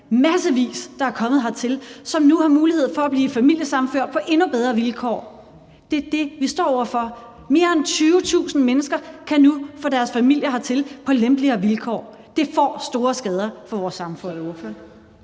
massevis, som er kommet hertil, og som nu har mulighed for at blive familiesammenført på endnu bedre vilkår. Det er det, vi står over for. Mere end 20.000 mennesker kan nu få deres familier hertil på lempeligere vilkår. Det forvolder store skader på vores samfund. Kl.